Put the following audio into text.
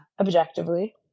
Objectively